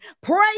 pray